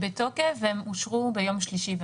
הן בתוקף והן אושרו ביום שלישי.